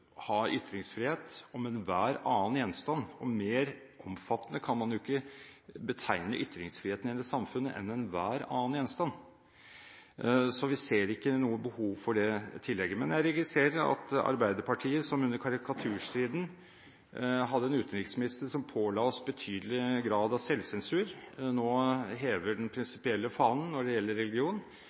ha ytringsfrihet om enhver annen gjenstand. Mer omfattende kan man jo ikke betegne ytringsfriheten i dette samfunnet enn «enhver annen gjenstand», så vi ser ikke noe behov for det tillegget. Men jeg registrerer at Arbeiderpartiet, som under karikaturstriden hadde en utenriksminister som påla oss betydelig grad av selvsensur, nå hever den prinsipielle fanen når det gjelder religion.